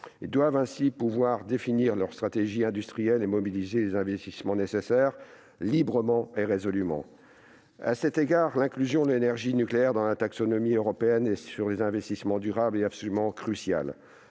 librement et résolument, définir leurs stratégies industrielles et mobiliser les investissements nécessaires. À cet égard, l'inclusion de l'énergie nucléaire dans la taxonomie européenne sur les investissements durables est absolument cruciale.